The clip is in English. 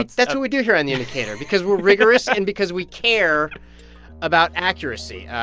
that's that's what we do here on the indicator because we're rigorous and because we care about accuracy. yeah